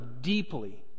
deeply